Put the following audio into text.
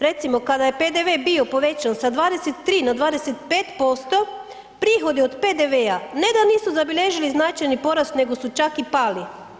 Recimo, kada je PDV bio povećan sa 23 na 25%, prihodi od PDV-a ne da nisu zabilježili značajni porast nego su čak i pali.